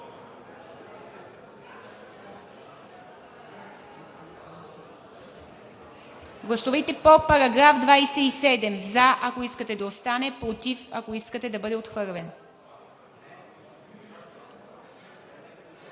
Гласувайте по § 27 – за, ако искате да остане, против, ако искате да бъде отхвърлен.